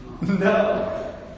No